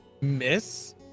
miss